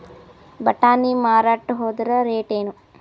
ಬಟಾನಿ ಮಾರಾಕ್ ಹೋದರ ರೇಟೇನು?